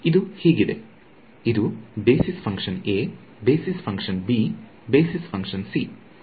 ಇದು ಹೀಗಿದೆ ಇದು basis function a basis function b basis function c